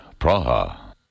Praha